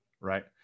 right